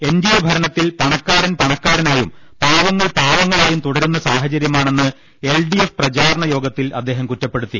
N D A ഭരണത്തിൽ പണക്കാരൻ പണക്കാരനായും പാവങ്ങൾ പാവങ്ങളായും തുടരുന്ന സാഹച ര്യമാണെന്ന് എൽ ഡി എഫ് പ്രചാരണ യോഗത്തിൽ അദ്ദേഹം കുറ്റപ്പെടുത്തി